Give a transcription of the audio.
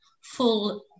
full